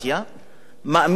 מאמין בפלורליזם,